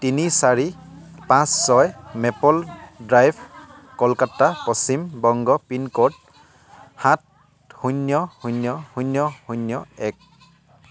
তিনি চাৰি পাঁচ ছয় maple drive Kolkata Paschim Banga pin code সাত শূন্য শূন্য শূন্য শূন্য এক